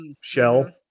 shell